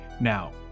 Now